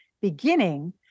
beginning